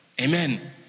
amen